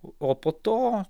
o po to